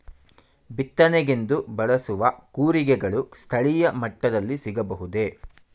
ಬಿತ್ತನೆಗೆಂದು ಬಳಸುವ ಕೂರಿಗೆಗಳು ಸ್ಥಳೀಯ ಮಟ್ಟದಲ್ಲಿ ಸಿಗಬಹುದೇ?